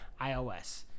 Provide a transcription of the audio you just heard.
iOS